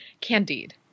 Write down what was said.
Candide